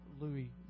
louis